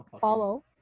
follow